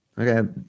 Okay